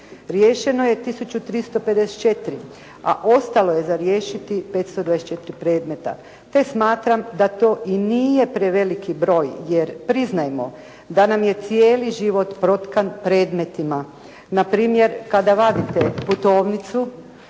Riješeno je tisuću 354, a ostalo je za riješiti 524 predmeta, te smatram da to i nije preveliki broj, jer priznajmo da nam je cijeli život protkan predmetima. Na primjer kada vadite putovnicu,